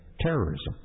terrorism